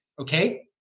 okay